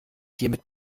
hiermit